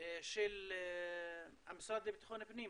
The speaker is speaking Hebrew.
של המשרד לבטחון הפנים,